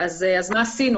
אז מה עשינו?